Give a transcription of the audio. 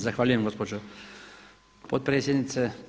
Zahvaljujem gospođo potpredsjednice.